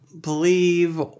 believe